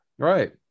Right